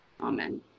Amen